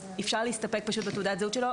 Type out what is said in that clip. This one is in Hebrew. אפשר להסתפק בתעודת הזהות שלו,